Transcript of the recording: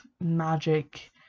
magic